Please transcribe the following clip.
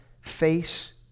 face